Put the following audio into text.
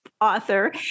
author